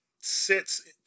sits